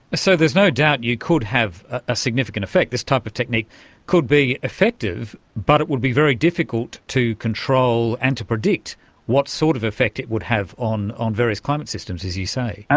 so there's no doubt you could have a significant effect. this type of technique could be effective but it would be very difficult to control and to predict what sort of effect it would have on on various climate systems, as you say.